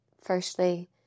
firstly